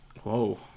Whoa